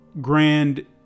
grand